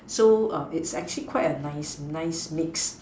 so err it's actually quite a nice nice mix